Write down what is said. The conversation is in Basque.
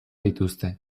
dituzte